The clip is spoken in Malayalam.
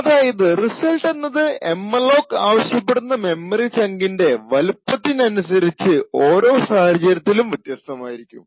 അതായത് റിസൾട്ട് എന്നത് എംഅലോക് ആവശ്യപെടുന്ന മെമ്മറി ചങ്കിൻറെ വലിപ്പത്തിനനുസരിച്ച് ഓരോ സാഹചര്യത്തിലും വ്യത്യസ്ഥമായിരിക്കും